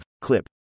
Clip